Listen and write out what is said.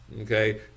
okay